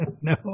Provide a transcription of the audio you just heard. No